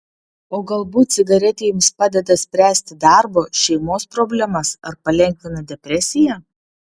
o galbūt cigaretė jums padeda spręsti darbo šeimos problemas ar palengvina depresiją